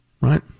Right